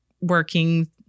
working